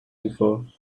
before